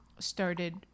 started